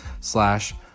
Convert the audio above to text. slash